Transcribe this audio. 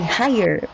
higher